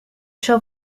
shall